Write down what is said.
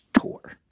tour